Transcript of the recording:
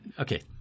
Okay